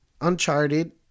Uncharted